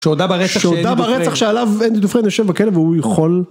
שעודה ברצח שעליו אינדודופרן יושב בכלא והוא יכול